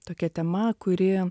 tokia tema kuri